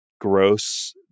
gross